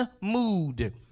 mood